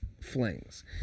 flings